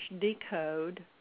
decode